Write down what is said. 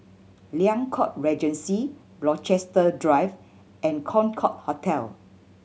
Liang Court Regency Rochester Drive and Concorde Hotel